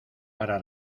para